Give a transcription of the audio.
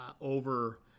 over